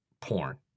porn